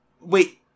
wait